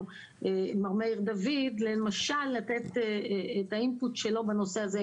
מר מאיר דוד למשל לתת את האינפוט שלו בנושא הזה.